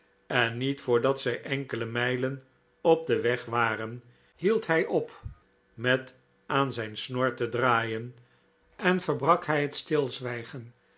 en niet voordat zij enkele mijlen op weg waren hield hij op met aan zijn snor te draaien en verbrak hij het stilzwijgen